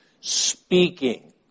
speaking